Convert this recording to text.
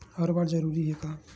हर बार जरूरी हे का?